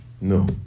No